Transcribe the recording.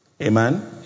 amen